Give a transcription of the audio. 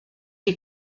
est